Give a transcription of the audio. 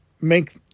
make